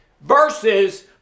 versus